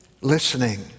Listening